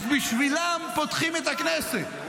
אז בשבילם פותחים את הכנסת,